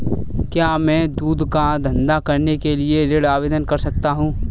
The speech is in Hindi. क्या मैं दूध का धंधा करने के लिए ऋण आवेदन कर सकता हूँ?